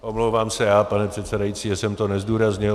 Omlouvám se já, pane předsedající, že jsem to nezdůraznil.